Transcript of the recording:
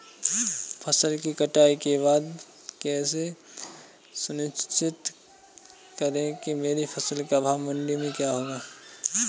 फसल की कटाई के बाद कैसे सुनिश्चित करें कि मेरी फसल का भाव मंडी में क्या होगा?